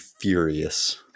furious